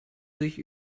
sich